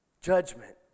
judgment